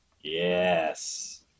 Yes